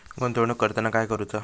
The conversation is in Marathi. गुंतवणूक करताना काय करुचा?